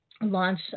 launch